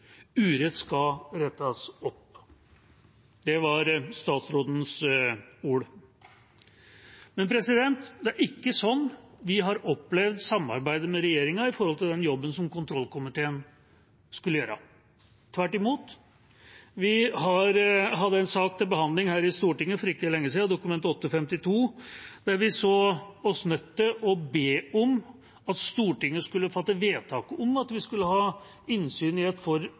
Urett skal rettes opp.» Det var den tidligere statsrådens ord. Men det er ikke sånn vi har opplevd samarbeidet med regjeringa når det gjelder den jobben som kontrollkomiteen skulle gjøre. Tvert imot hadde vi en sak til behandling her i Stortinget for ikke lenge siden, Dokument 8:52 S for 2019–2020, der vi så oss nødt til å be om at Stortinget skulle fatte vedtak om at vi skulle ha innsyn i et for